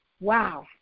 Wow